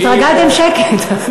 התרגלתם שקט.